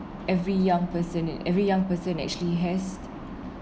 every young person in every young person actually has